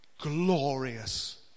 glorious